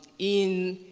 in